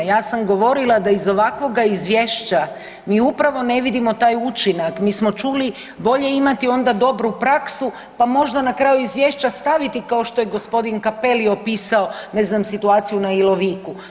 Ja sam govorila da iz ovakvoga izvješća mi upravo ne vidimo taj učinak, mi smo čuli bolje imati onda dobru praksu pa možda na kraju izvješća staviti kao što je gospodin Cappelli opisao ne znam situaciju na Iloviku.